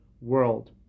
world